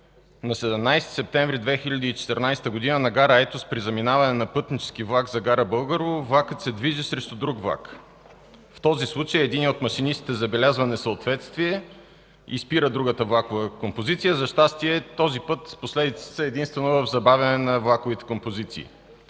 на 17 септември 2014 г. на гара Айтос при заминаване на пътнически влак за гара Българово влакът се движи срещу друг влак. В този случай единият от машинистите забелязва несъответствие и спира другата влакова композиция. За щастие този път последиците са единствено в забавяне на влаковите композиции.